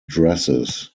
dresses